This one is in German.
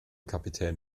kapitän